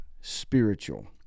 spiritual